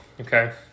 okay